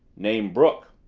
name brook.